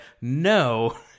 No